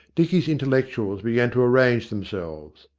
dicky's intellectuals began to arrange themselves.